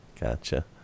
gotcha